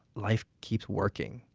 leif kept working,